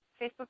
Facebook